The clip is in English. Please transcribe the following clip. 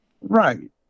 Right